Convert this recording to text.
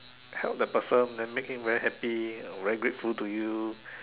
help the person then make him very happy very grateful to you